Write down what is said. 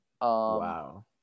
Wow